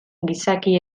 gizaki